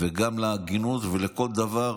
וגם להגינות ולכל דבר